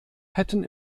hätten